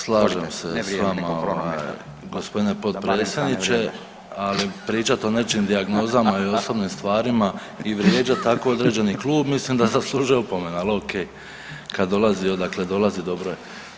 Slažem se s vama g. potpredsjedniče, ali pričat o nečijim dijagnozama i osobnim stvarima i vrijeđat tako određeni klub mislim da zaslužuje opomenu, al okej, kad dolazi odakle dolazi dobro je.